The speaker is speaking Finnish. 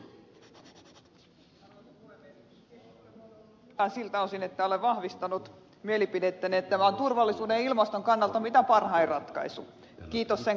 keskustelu on ollut hyvää siltä osin että olen vahvistanut mielipidettäni että tämä on turvallisuuden ja ilmaston kannalta mitä parhain ratkaisu kiitos sen keskustelun